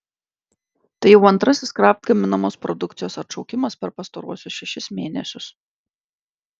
tai jau antrasis kraft gaminamos produkcijos atšaukimas per pastaruosius šešis mėnesius